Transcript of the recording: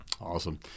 awesome